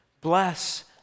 Bless